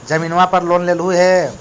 जमीनवा पर लोन लेलहु हे?